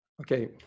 Okay